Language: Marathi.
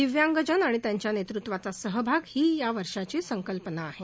दिव्यांगजन आणि त्यांच्या नेतृत्वाचा सहभाग ही या वर्षांची संकल्पना आहे